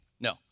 No